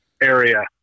area